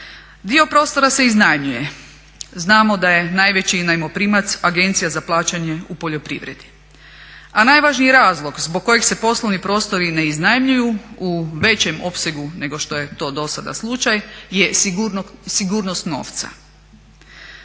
Dio prostora se iznajmljuje. Znamo da je najveći najmoprimac Agencija za plaćanje u poljoprivredi, a najvažniji razlog zbog kojeg se poslovni prostori ne iznajmljuju u većem opsegu nego što je to do sada slučaj je sigurnost novca.